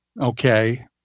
Okay